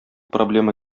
проблема